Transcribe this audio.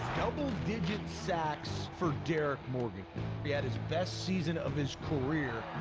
double digit sacks for derrick morgan. he had his best season of his career.